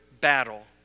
battle